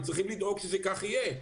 וצריכים לדאוג שכך יהיה.